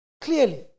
Clearly